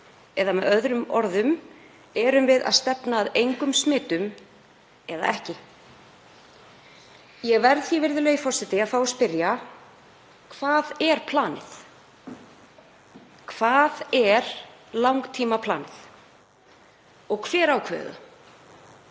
eða með öðrum orðum: Erum við að stefna að engum smitum eða ekki? Ég verð því, virðulegi forseti, að fá að spyrja: Hvert er planið? Hvert er langtímaplanið og hver ákveður